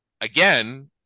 again